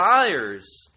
desires